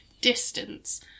distance